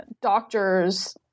doctors